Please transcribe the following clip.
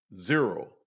zero